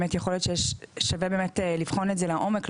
יכול להיות באמת ששווה לבחון את זה לעומק,